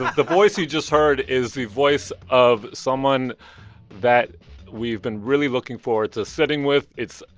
the voice you just heard is the voice of someone that we've been really looking forward to sitting with. it's.